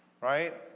Right